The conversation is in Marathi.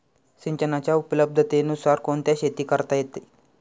सिंचनाच्या उपलब्धतेनुसार कोणत्या शेती करता येतील?